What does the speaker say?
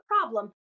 problem